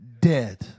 dead